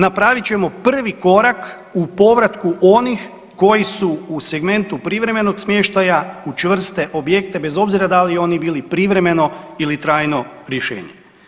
Napravit ćemo prvi korak u povratku onih koji su u segmentu privremenog smještaja u čvrste objekte bez obzira da li oni bili privremeno ili trajno rješenje.